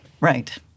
Right